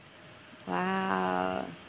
!wow!